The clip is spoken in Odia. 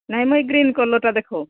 ନାଇ ମ ଏ ଗ୍ରୀନ୍ କଲର୍ଟା ଦେଖ